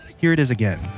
here it is again